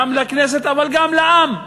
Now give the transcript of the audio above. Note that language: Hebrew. גם לכנסת אבל גם לעם,